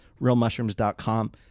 realmushrooms.com